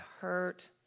hurt